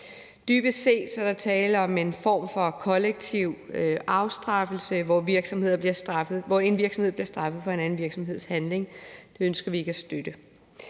Dybest set er der tale om en form for kollektiv afstraffelse, hvor en virksomhed bliver straffet for en anden virksomheds handling. Det ønsker vi ikke at støtte.